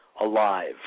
alive